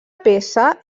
peça